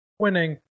winning